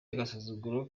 agasuzuguro